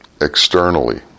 externally